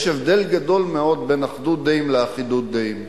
יש הבדל גדול מאוד בין אחדות דעים לאחידות דעים.